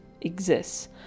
exists